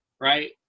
right